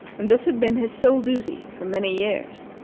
and this had been his sole duty for many years.